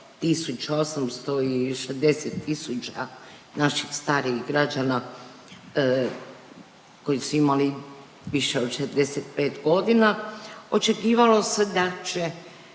860 tisuća naših starijih građana, koji su imali više od 65 godina. Očekivalo se da će